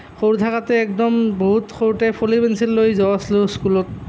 সৰু থাকোঁতে একদম বহুত সৰুতে ফলি পেঞ্চিল লৈ গৈছিলোঁ স্কুলত